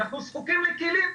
אנחנו זקוקים לכלים,